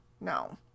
no